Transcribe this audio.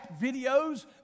videos